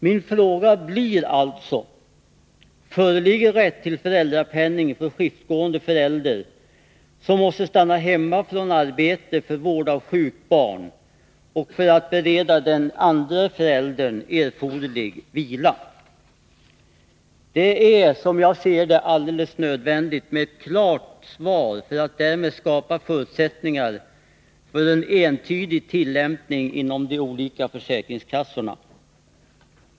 Min fråga blir alltså: Föreligger rätt till föräldrapenning för skiftgående förälder som måste stanna hemma från arbete för vård av sjukt barn och för att bereda den andra föräldern erforderlig vila? Det är som jag ser det alldeles nödvändigt med ett klart svar för att därmed skapa förutsättningar för en entydig tillämpning inom de olika försäkringskassorna.